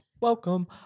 welcome